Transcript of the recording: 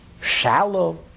shallow